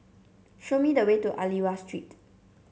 show me the way to Aliwal Street